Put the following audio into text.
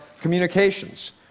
communications